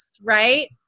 right